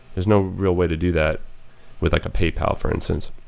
is no real way to do that with like a paypal for instance.